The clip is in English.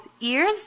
ears